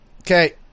okay